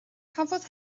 cafodd